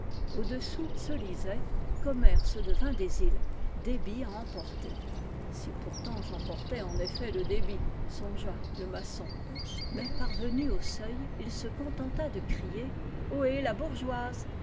iu dessous se lisait commerce de vin des îles débit à emporter si pourtant j'emportais en effet le débit songea le maçon mais parvenu au seuil il se contenta de crier ohé la bourgeoise